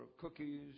cookies